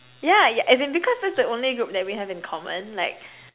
yeah yeah as in because that's the only group that we have in common like